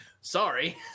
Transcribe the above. Sorry